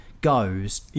goes